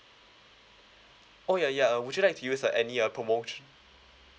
oh yeah yeah would you like to use uh any uh promot~